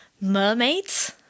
mermaids